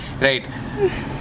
right